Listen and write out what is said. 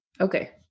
Okay